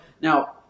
Now